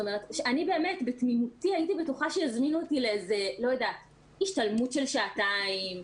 אני באמת בתמימותי הייתי בטוחה שיזמינו אותי להשתלמות של שעתיים,